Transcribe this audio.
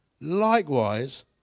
Likewise